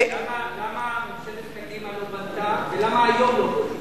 למה ממשלת קדימה לא בנתה ולמה היום לא בונים?